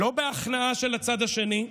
לא בהכנעה של הצד השני,